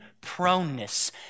proneness